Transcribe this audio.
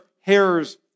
hairs